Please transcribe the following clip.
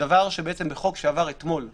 מופיע בחוק שעבר אתמול בכנסת.